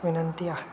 विनंती आहे